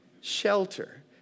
shelter